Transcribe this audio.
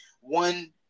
One